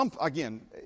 Again